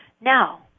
Now